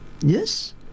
Yes